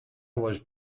was